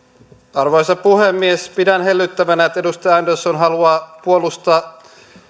arvoisa puhemies pidän hellyttävänä että edustaja andersson haluaa puolustaa